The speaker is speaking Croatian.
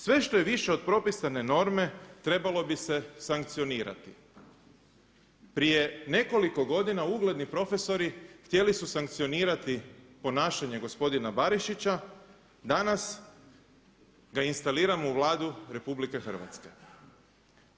Sve što je više od propisane norme trebalo bi se sankcionirati.“ Prije nekoliko godina ugledni profesori htjeli su sankcionirati ponašanje gospodina Barišića, danas ga instaliramo u Vladu Republike Hrvatske.